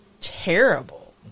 terrible